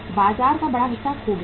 बाजार का बड़ा हिस्सा खो गया है